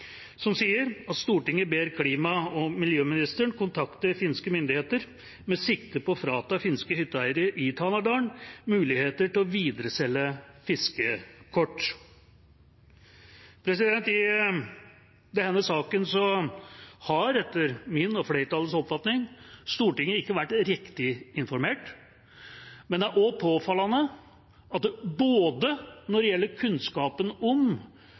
som sier: «Stortinget ber klima- og miljøministeren kontakte finske myndigheter med sikte på å frata finske hytteeiere i Tanadalen muligheten til å videreselge fiskekort.» I denne saken har etter min og flertallets oppfatning Stortinget ikke vært riktig informert. Det er også påfallende at når det gjelder både kunnskapen om